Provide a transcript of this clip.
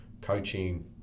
coaching